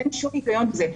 אין שום היגיון בזה.